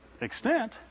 extent